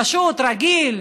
פשוט, רגיל,